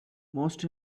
most